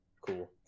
cool